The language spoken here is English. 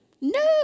No